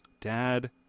dad